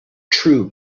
true